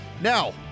Now